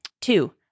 Two